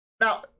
Now